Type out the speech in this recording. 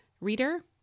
reader